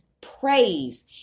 praise